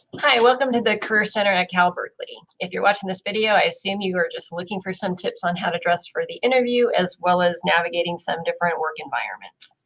hi welcome to the career center at cal berkeley. if you're watching this video i assume you were just looking for some tips on how to dress for the interview, as well as navigating some different work environments,